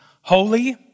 holy